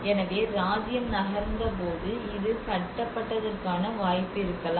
எனவே ராஜ்யம் நகர்ந்தபோது இது கட்டப்பட்டதற்கான வாய்ப்பு இருக்கலாம்